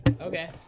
Okay